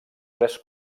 tres